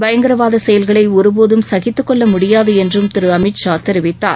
பயங்கரவாத செயல்களை ஒருபோதும் சகித்துக்கொள்ள முடியாது என்று திரு அமித்ஷா தெரிவித்தார்